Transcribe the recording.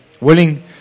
willing